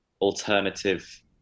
alternative